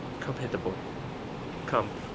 come hither, boy come,